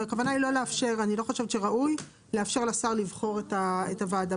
אני לא חושבת שראוי לאפשר לשר לבחור את הוועדה.